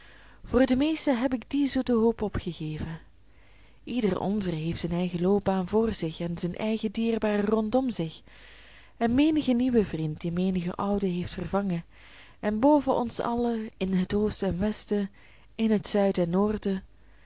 voor de meeste heb ik die zoete hoop opgegeven ieder onzer heeft zijn eigen loopbaan vr zich en zijn eigen dierbaren rondom zich en menigen nieuwen vriend die menigen ouden heeft vervangen en boven ons allen in het oosten en westen in het zuiden en noorden